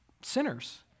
sinners